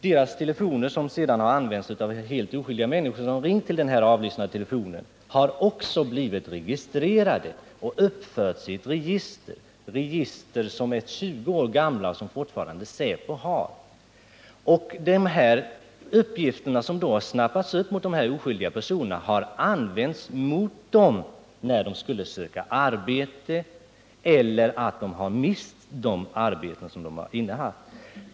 Dessa telefoner har också använts av helt oskyldiga människor, vilkas telefonsamtal också blivit avlyssnade och införda i register — register som är 20 år gamla men fortfarande finns hos säpo. De uppgifter som sålunda har tagits upp i fråga om dessa oskyldiga personer har använts mot dessa personer när de sökt arbete. Det har hänt att vederbörande mist arbeten som de innehaft.